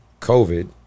COVID